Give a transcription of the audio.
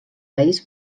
país